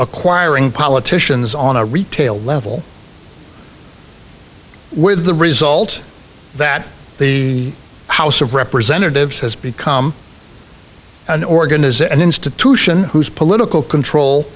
acquiring politicians on a retail level with the result that the house of representatives has become an organization institution whose political control